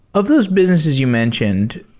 of those businesses you mentioned,